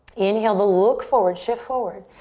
inhale to look forward, shift forward.